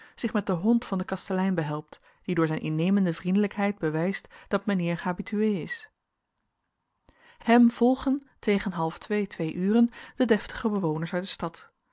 zich met den hond van den kastelein behelpt die door zijn innemende vriendelijkheid bewijst dat mijnheer habitué is hem volgen tegen halftwee twee uren de deftige bewoners uit de stad